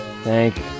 Thank